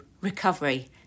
recovery